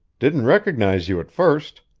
didn't recognize you at first.